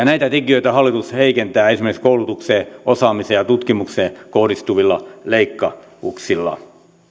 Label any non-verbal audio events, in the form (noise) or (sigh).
(unintelligible) näitä tekijöitä hallitus heikentää esimerkiksi koulutukseen osaamiseen ja tutkimukseen kohdistuvilla leikkauksillaan